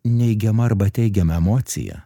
neigiama arba teigiama emocija